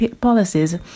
policies